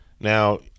Now